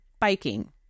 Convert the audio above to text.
biking